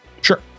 Sure